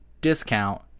discount